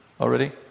already